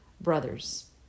Brothers